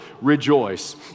rejoice